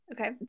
okay